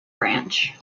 branch